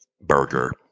burger